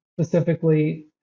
specifically